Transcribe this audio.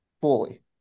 fully